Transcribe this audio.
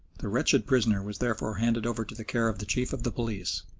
the wretched prisoner was therefore handed over to the care of the chief of the police,